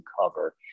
cover